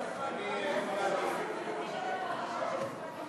התשע"ה 2015, לוועדת החוקה, חוק ומשפט נתקבלה.